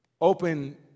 Open